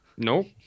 Nope